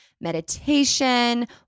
meditation